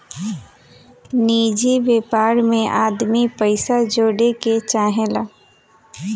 निजि व्यापार मे आदमी पइसा जोड़े के चाहेला